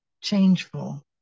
changeful